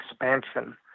expansion